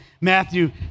Matthew